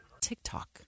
TikTok